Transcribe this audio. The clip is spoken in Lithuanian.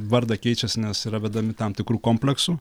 vardą keičiasi nes yra vedami tam tikrų kompleksų